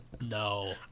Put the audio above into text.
No